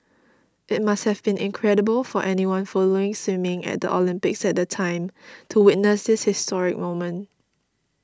it must have been incredible for anyone following swimming at the Olympics at the time to witness this historic moment